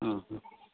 आं हां